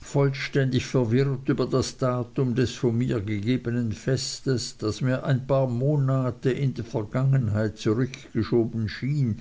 vollständig verwirrt über das datum des von mir gegebenen festes das mir ein paar monate in die vergangenheit zurückgeschoben schien